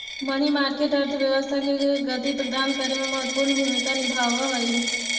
money market अर्थव्यवस्था के गति प्रदान करे में महत्वपूर्ण भूमिका निभावऽ हई